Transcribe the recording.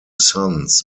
sons